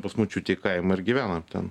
pas močiutę į kaimą ir gyvenam ten